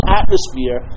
atmosphere